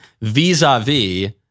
vis-a-vis